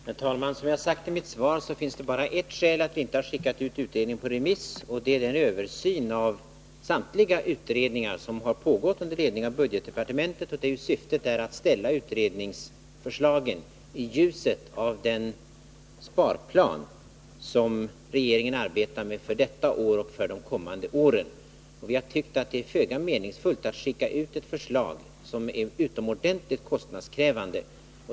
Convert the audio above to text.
Herr talman! Som jag har sagt i svaret finns det bara ett skäl till att vi inte skickat ut utredningen på remiss. Det är den översyn av samtliga utredningar som pågått under ledning av budgetdepartementet och där syftet är att ställa utredningsförslagen i ljuset av den sparplan som regeringen arbetar med för detta år och för de kommande åren. Jag har tyckt att det är föga meningsfullt att skicka ut på remiss ett förslag som är utomordentligt kostnadskrävande.